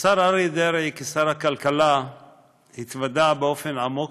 השר אריה דרעי כשר הכלכלה התוודע באופן עמוק